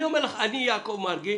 אני אומר לך שאני יעקב מרגי